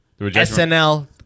SNL